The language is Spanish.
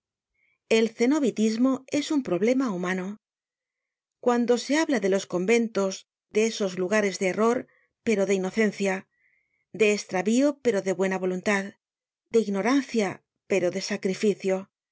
el cenobitismo es un problema humano cuando se habla de los conventos de esos lugares de error pero de inocencia de estravío pero de buena voluntad de ignorancia pero de sacrificio